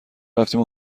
رفتیم